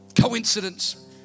coincidence